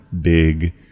big